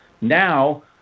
now